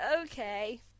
okay